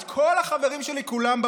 את כל החברים שלי כולם,